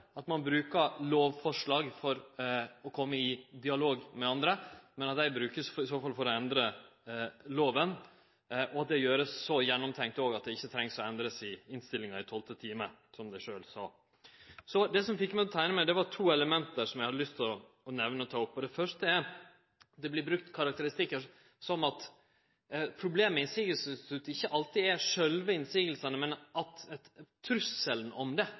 at ein må bruke lovforslag for å kome i dialog med andre, men at dei vert brukte for å endre lova, og at det då er så gjennomtenkt at ein ikkje treng endre innstillinga i tolvte time, som dei sjølve sa. Det som fekk meg til å teikne meg, var to element som eg hadde lyst til å ta opp. Det første er at det vert brukt karakteristikkar som at problemet med motsegnsinstituttet ikkje alltid er sjølve motsegnene, men truslane om det,